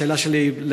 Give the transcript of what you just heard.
בשאלה שלי,